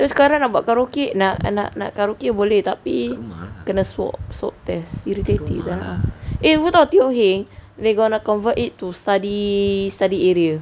tapi sekarang nak buat karaoke nak nak nak karaoke boleh tapi kena swab swab test irritating eh kau tahu teo heng they gonna convert it to study study area